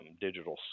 digital